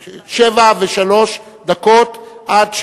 ראש הממשלה לומד משר האוצר, כולם עמדו ביעדים.